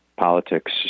Politics